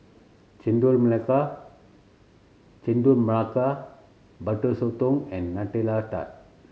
Chendol Melaka Chendol Melaka Butter Sotong and Nutella Tart